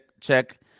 check